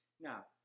Now